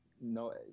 no